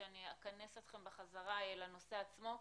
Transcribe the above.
אני אכנס אתכם בחזרה אל הנושא עצמו.